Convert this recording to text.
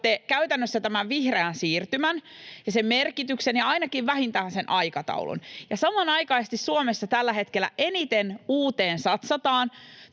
käytännössä tämän vihreän siirtymän ja sen merkityksen ja ainakin vähintään sen aikataulun, ja samanaikaisesti Suomessa tällä hetkellä satsataan